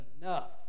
enough